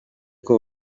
uko